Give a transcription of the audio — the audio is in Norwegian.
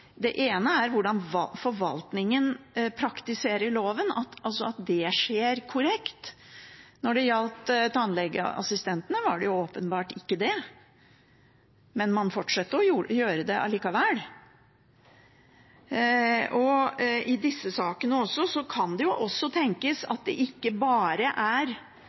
Det ene er hvordan forvaltningen praktiserer loven, altså at det skjer korrekt. Når det gjaldt tannlegeassistentene, gjorde det åpenbart ikke det, men man fortsatte å gjøre det allikevel. I disse sakene kan det også tenkes at det ikke bare er